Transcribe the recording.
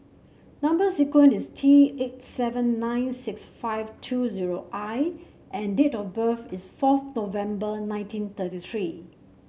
number sequence is T eight seven nine six five two zero I and date of birth is fourth November nineteen thirty three